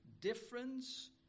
difference